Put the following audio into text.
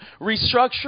restructure